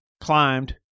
climbed